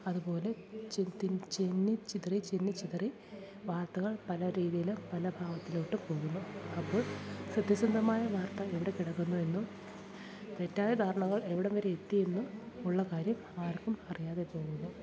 അതുപോലെ ചിതിൻ ചിന്നിച്ചിതറി ചിന്നിച്ചിതറി വാർത്തകൾ പലരീതിയിലും പല ഭാവത്തിലോട്ടും പോകുന്നു അപ്പോൾ സത്യസന്ധമായ വാർത്ത എവിടെ കിടക്കുന്നു എന്നും തെറ്റായ ധാരണകൾ എവിടംവരെ എത്തിയെന്നും ഉള്ള കാര്യം ആർക്കും അറിയാതെ പോകുന്നു